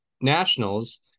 Nationals